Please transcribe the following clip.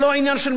אדוני היושב-ראש,